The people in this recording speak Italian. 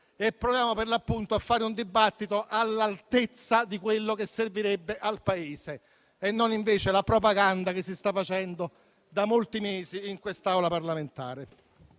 l'appunto, a fare un dibattito all'altezza di quello che servirebbe al Paese e non invece alla propaganda che si sta facendo da molti mesi in quest'Aula parlamentare.